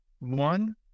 One